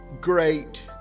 great